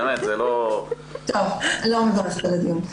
לא מברכת על הדיון.